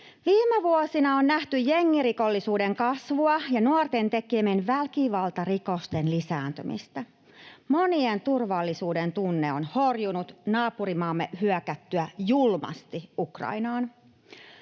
Viime vuosina on nähty jengirikollisuuden kasvua ja nuorten tekemien väkivaltarikosten lisääntymistä. Monien turvallisuudentunne on horjunut naapurimaamme hyökättyä julmasti Ukrainaan.